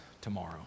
tomorrow